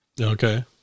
Okay